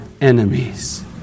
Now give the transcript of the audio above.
enemies